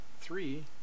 three